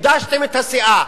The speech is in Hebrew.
גדשתם את הסאה.